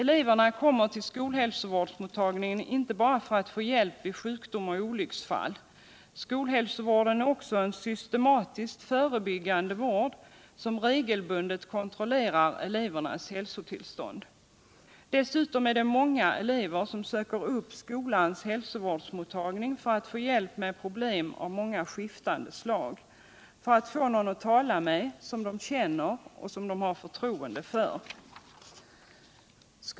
Eleverna kommer till skolhälsovårdsmottagningen inte bara för att få hjälp vid sjukdom och olycksfall. Skolhälsovården är också en systematiskt förebyggande vård som regelbundet kontrollerar elevernas hälsotillstånd. Dessutom söker många elever upp skolans hälsovårdsmottagning för att få hjälp med problem av många slag och för att få tala med någon som de känner och har förtroende för.